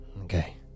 Okay